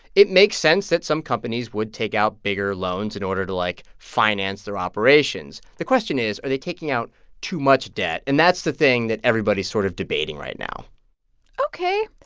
it makes sense that some companies would take out bigger loans in order to, like, finance their operations. the question is, are they taking out too much debt? and that's the thing that everybody's sort of debating right now ok,